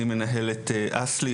אני מנהל את אסל"י,